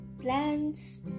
plants